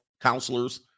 counselors